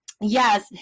Yes